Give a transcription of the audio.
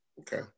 Okay